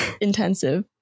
intensive